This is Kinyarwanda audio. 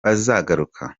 bazagaruka